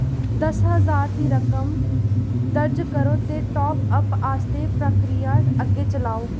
दस हजार दी रकम दर्ज करो ते टापउप आस्तै प्रक्रिया अग्गे चलाओ